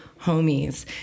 homies